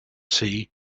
tea